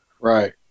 Right